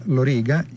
Loriga